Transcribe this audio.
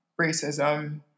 racism